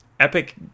Epic